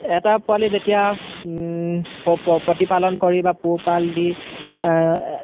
এটা পোৱালি যেতিয়া প্ৰতিপালন কৰি বা পোহপাল দি